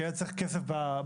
כי היה צריך כסף בממשלה,